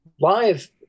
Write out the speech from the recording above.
live